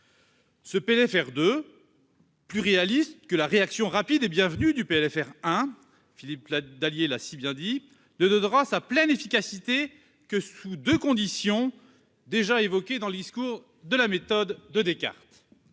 Ce PLFR 2, plus réaliste que la réaction rapide et bienvenue du PLFR 1, Philippe Dallier l'a dit, ne donnera sa pleine efficacité que sous deux conditions, déjà évoquées dans le de Descartes.